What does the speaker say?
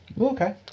Okay